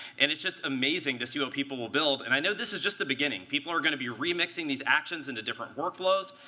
and it's just amazing to see what people will build. and i know this is just the beginning. people are going to be remixing these actions into different workflows.